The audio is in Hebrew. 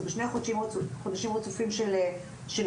או בשני חודשים רצופים של השנה.